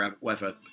weather